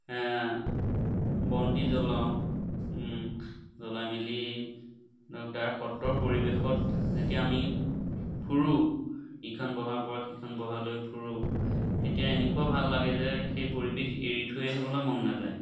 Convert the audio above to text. বন্তি জ্বলাওঁ জ্বলাই মেলি ধৰক তাৰ সত্ৰৰ পৰিৱেশত যেতিয়া আমি ফুৰোঁ ইখন বহাৰপৰা সিখন বহালৈ ফুৰোঁ তেতিয়া এনেকুৱা ভাল লাগে যে সেই পৰিৱেশ এৰি থৈ আহিবলৈ মন নাযায়